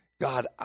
God